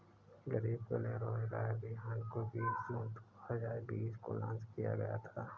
गरीब कल्याण रोजगार अभियान को बीस जून दो हजार बीस को लान्च किया गया था